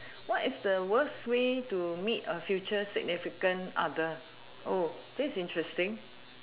what is the worst way to meet a future significant other oh this is interesting